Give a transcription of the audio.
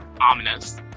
ominous